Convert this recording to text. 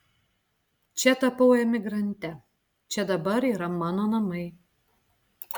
čia tapau emigrante čia dabar yra mano namai